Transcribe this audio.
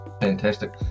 Fantastic